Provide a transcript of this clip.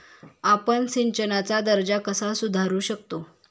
आपण सिंचनाचा दर्जा कसा सुधारू शकतो?